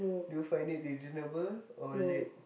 do you find it reasonable or late